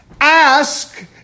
Ask